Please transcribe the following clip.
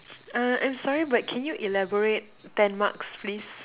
uh I'm sorry but can you elaborate ten marks please